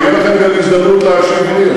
תהיה לכם גם הזדמנות להשיב לי.